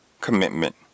commitment